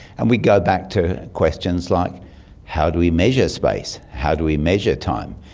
and we go back to questions like how do we measure space, how do we measure time?